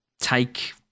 take